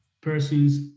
person's